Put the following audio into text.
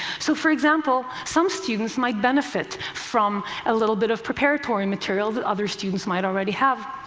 so, for example, some students might benefit from a little bit of preparatory material that other students might already have.